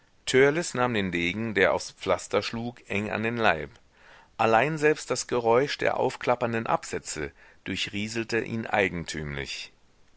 nahm den degen der aufs pflaster schlug eng an den leib allein selbst das geräusch der aufklappernden absätze durchrieselte ihn eigentümlich